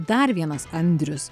dar vienas andrius